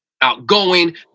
outgoing